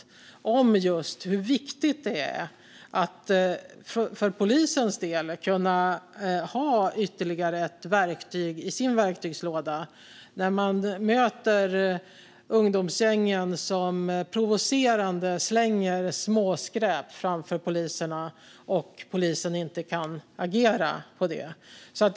Artikeln handlar om hur viktigt det är för polisens del att kunna ha ytterligare ett verktyg i sin verktygslåda när de möter ungdomsgängen som provocerande slänger småskräp framför poliserna och de inte kan agera på detta.